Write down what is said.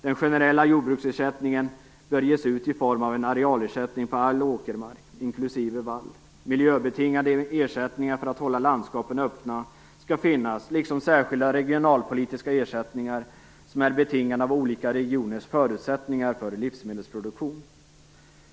Den generella jordbruksersättningen bör ges ut i form av en arealersättning på all åkermark, inklusive vall. Miljöbetingade ersättningar för att hålla landskapen öppna skall finnas, liksom särskilda regionalpolitiska ersättningar som är betingade av olika regioners förutsättningar för livsmedelsproduktion.